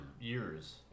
years